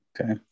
Okay